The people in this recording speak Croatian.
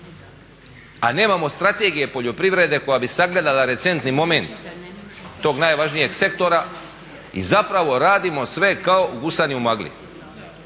a nemamo Strategije poljoprivrede koja bi sagledala recentni moment tog najvažnije sektora i zapravo radimo sve kao gusani u magli.